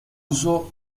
uso